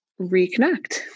reconnect